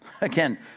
Again